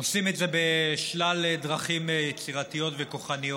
הם עושים את זה בשלל דרכים יצירתיות וכוחניות,